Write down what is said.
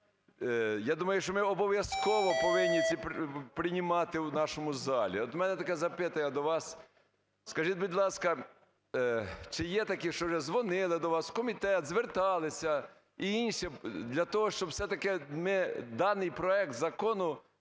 я думаю, що ми обов'язково повинні приймати у нашому залі. От у мене таке запитання до вас. Скажіть, будь ласка, чи є такі, що вже дзвонили до вас в комітет, зверталися і інше для того, щоб все-таки ми даний проект закону